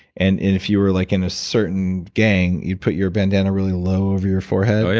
and if you were like in a certain gang you'd put your bandana really low over your forehead? oh, yeah